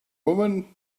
woman